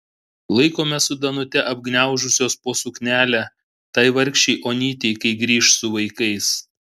laikome su danute apgniaužusios po suknelę tai vargšei onytei kai grįš su vaikais